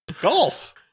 golf